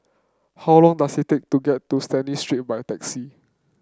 how long does it take to get to Stanley Street by taxi